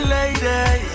Lady